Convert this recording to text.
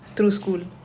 this year